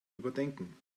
überdenken